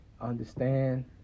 understand